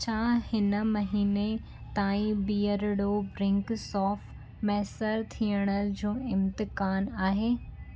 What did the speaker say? छा हिन महीने ताईं बीयरडो ब्रिंक सोप मुयसरु थियणु जो को इम्कानु आहे